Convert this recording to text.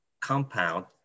compound